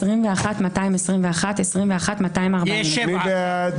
21,381 עד 21,400. מי בעד?